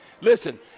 Listen